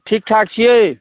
ठीकठाक छियै